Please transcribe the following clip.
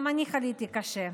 גם אני חליתי קשה.